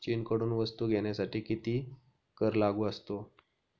चीनकडून वस्तू घेण्यासाठी किती कर लागू असतो?